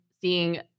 seeing